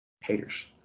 Haters